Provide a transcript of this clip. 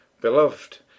Beloved